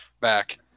back